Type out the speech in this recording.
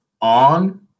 on